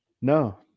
No